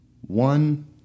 one